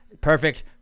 Perfect